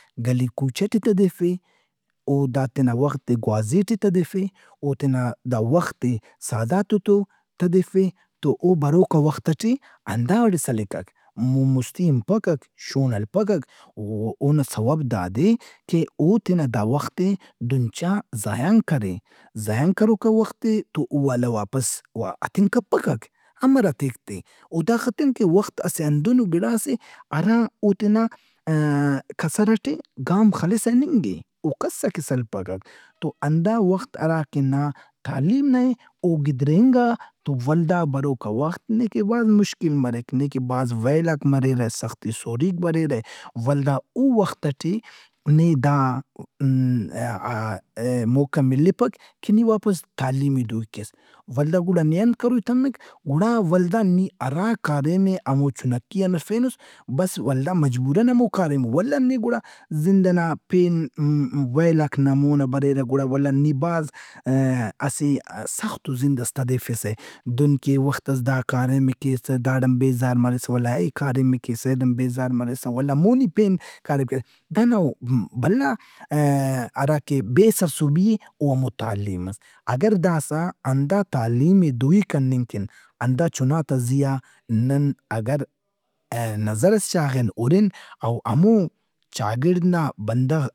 گلی کوچہ ٹی تدیفے۔ او تینا دا وخت ئے گوازی ٹی تدیفے۔ او تینا دا وخت ئے سہدارتے تو تدیفے۔ تو او بروکا وخت ئٹے ہنداڑے سلِکک۔ مون مستی ہنپکک، شون ہلپکک۔ او اونا سوب داد اے کہ او تینا دا وخت ئے دہن چا ضایان کرے، ضایان کروکا وخت ئے تو او ولدا واپس ہتنگ کپکک۔ امر ہتیک تہِ؟ او دا خاطران کہ وخت اسہ ہندنو گڑاس اے ہرا او تینا کسر ئٹے گام خلسہ ہِننگ اے۔ او کس ئکہ سلپکک۔ تو ہندا وخت ہرا کہ نا تعلیم نئے او گِدرینگا تو ولدا بروکا وخت نے کہ بھاز مشکل مریک، نے کہ بھاز ویلاک مریرہ، سخی سوریک بریرہ۔ ولدا او وخت ئٹے نے دا ن-ا-آ-ئے- موقع ملپک کہ نی واپس تعلیم ئے دوئی کیس۔ ولدا گڑا نےانت کروئی تمک گڑا ولدا ہرا کاریم ئے نی چُھنکی ان ہرفینُنس۔ بس ولدا مجبوراً ہمو کاریم اے۔ ولدا نی گڑا زند ئنا پین ویلاک نا مونا بریرہ گڑا ولدا نی بھاز اسہ سختو زند ئس تدیفِسہ۔ دہنکہ وختس دا کاریم ئے کیسہ۔ داڑان بیزار مریسہ ولدا اَے کاریم ئے کیسہ۔ ایڑان بیزار مریسہ ولدا مونی پین کاریم کیسہ۔ دانا بھلا آ- ہرا کہ بے سرسہبی اے او ہمو تعلیم مس۔ اگر داسا ہندا تعلیم ئے دوئی کننگ کن، ہندا چُناتا زیا اگہ نن نظرس شاغِن ہُرن او ہمون چاگڑد نا بندغ۔